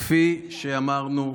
כפי שאמרנו,